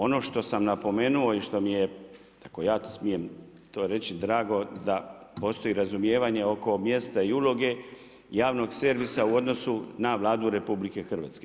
Ono što sam napomenuo i što mi je, dakle, ja smijem to reći, drago, da postoji razumijevanje oko mjesta i uloge, javnog servisa u odnosu na Vladu RH.